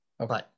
Okay